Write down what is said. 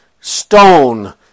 stone